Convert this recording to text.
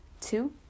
two